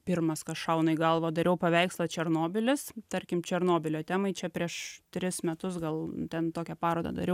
pirmas kas šauna į galvą dariau paveikslą černobylis tarkim černobylio temai čia prieš tris metus gal ten tokią parodą dariau